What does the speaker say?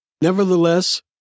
Nevertheless